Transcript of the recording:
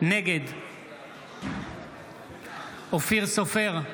נגד אופיר סופר,